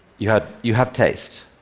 you have you have taste,